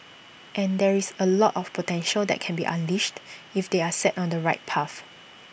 and there is A lot of potential that can be unleashed if they are set on the right path